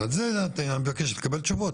אז על זה אני מבקש לקבל תשובות.